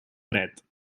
dret